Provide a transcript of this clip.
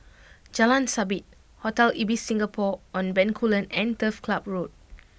Jalan Sabit Hotel Ibis Singapore On Bencoolen and Turf Club Road